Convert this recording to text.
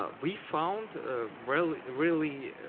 ah we found ah really really